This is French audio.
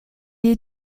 est